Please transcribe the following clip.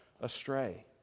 astray